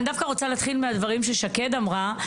אני דווקא רוצה להתחיל מן הדברים ששקד אמרה.